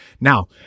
Now